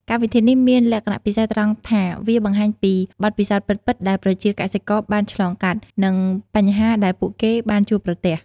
កម្មវិធីនេះមានលក្ខណៈពិសេសត្រង់ថា វាបង្ហាញពីបទពិសោធន៍ពិតៗដែលប្រជាកសិករបានឆ្លងកាត់ និងបញ្ហាដែលពួកគេបានជួបប្រទះ។